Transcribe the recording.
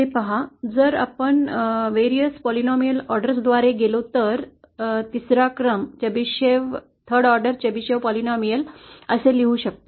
ते पहा जर आपण विविध बहुपक्षीय ऑर्डर द्वारे गेलो तर तिसरा क्रम चेबेशेव्ह बहुपदी असे लिहू शकतो